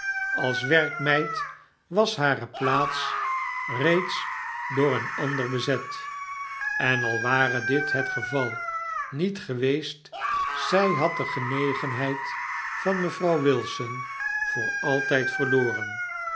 als werkmeid was hare plaats reeds door een ander bezet en al ware dit het geval niet geweest zg had de genegenheid van mevrouw wilson voor altijdverloren